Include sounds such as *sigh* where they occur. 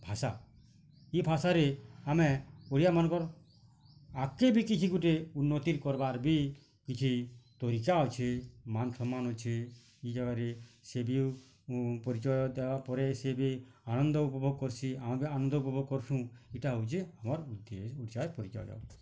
ଭାଷା ଏ ଭାଷାରେ ଆମେ ଓଡ଼ିଆ ମାନକର୍ ଆଗକେ ବି କିଛି ଗୋଟେ ଉନ୍ନତ୍ତି କରବାର୍ ବି କିଛି ତରିକା ଅଛେ ମାନ୍ ସମ୍ମାନ୍ ଅଛେ ଇ ଜାଗାରେ ସେ ବି ପରିଚୟ ଦବା ପରେ ସିଏ ବି ଆନନ୍ଦ ଉପଭୋଗ କରସି ଆମେ ବି ଆନନ୍ଦ ଉପଭୋଗ କରସୁଁ ଇଟା ହଉଛେ ଆମର୍ *unintelligible* ଓଡ଼ିଶାର ପରିଚୟ